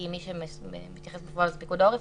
כי מי שמתייחס לזה זה פיקוד העורף,